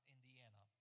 Indiana